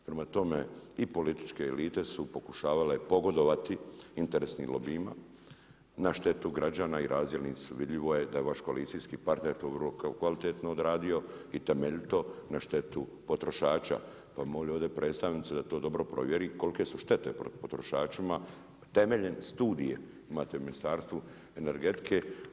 Prema tome, i političke elite su pokušavale pogodovati interesnim lobijima na štetu građana i razdjelnici su, vidljivo je, da je vaš koalicijski partner to vrlo kvalitetno odradio i temeljito na štetu potrošača pa bi molio ovdje predstavnicu da to dobro provjeri koliko su štete potrošačima temeljem studije imate u Ministarstvu energetike.